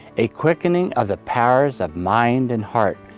a quickening of the powers of mind and heart,